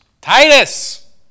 Titus